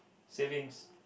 savings